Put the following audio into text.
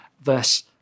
verse